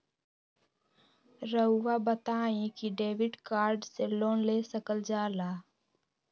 रहुआ बताइं कि डेबिट कार्ड से लोन ले सकल जाला?